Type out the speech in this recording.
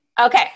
Okay